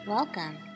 Welcome